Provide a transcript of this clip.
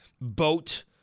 boat